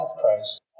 Christ